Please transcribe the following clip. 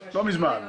בפעם האחרונה?